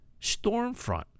Stormfront